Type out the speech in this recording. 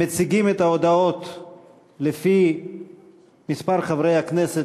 מציגים את ההודעות לפי מספר חברי הכנסת,